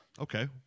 Okay